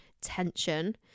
tension